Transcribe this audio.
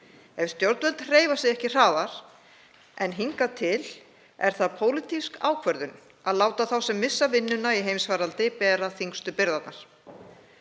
Ef stjórnvöld hreyfa sig ekki hraðar en hingað til er það pólitísk ákvörðun að láta þá sem missa vinnuna í heimsfaraldri bera þyngstu byrðarnar.